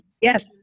yes